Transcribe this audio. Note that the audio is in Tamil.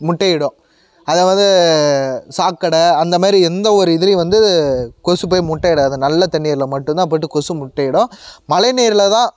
முட்டையிடும் அதாவது சாக்கடை அந்தமாரி எந்த ஒரு இதுலேயும் வந்து கொசு போய் முட்டை இடாது நல்ல தண்ணீரில் மட்டும்தான் போயிட்டு கொசு முட்டையிடும் மழை நீரில்தான்